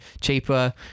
cheaper